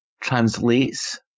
translates